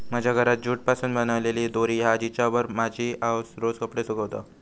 माझ्या घरात जूट पासून बनलेली दोरी हा जिच्यावर माझी आउस रोज कपडे सुकवता